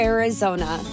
Arizona